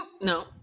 No